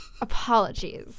Apologies